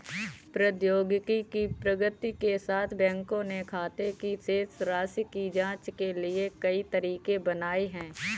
प्रौद्योगिकी की प्रगति के साथ, बैंकों ने खाते की शेष राशि की जांच के लिए कई तरीके बनाए है